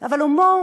אבל הומור